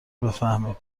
بفهمیم